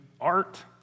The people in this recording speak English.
art